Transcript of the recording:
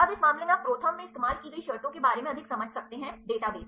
अब इस मामले में आप प्रोथर्ममें इस्तेमाल की गई शर्तों के बारे में अधिक समझ सकते हैं डेटाबेस